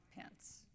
Pence